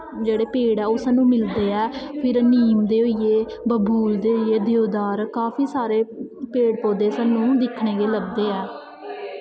जेह्ड़े पेड़ ऐ ओह् सानूं मिलदे ऐ फिर नीम दे होई गे बबूल दे होई गे देवदार काफी सारे पेड़ पौधे सानूं दिक्खने गी लभदे ऐ